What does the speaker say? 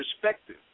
perspective